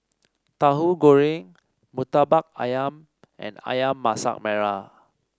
Tauhu Goreng murtabak ayam and ayam Masak Merah